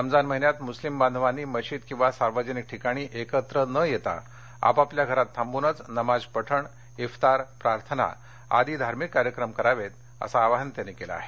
रमजान महिन्यात मुस्लिम बांधवांनी मशीद किंवा सार्वजनिक ठिकाणी एकत्र न येता आपापल्या घरात थांबूनच नमाज पठण क्तार प्रार्थना आदी धार्मिक कार्यक्रम करावेत असं आवाहन त्यांनी केलं आहे